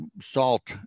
salt